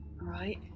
Right